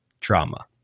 trauma